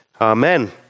Amen